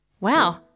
Wow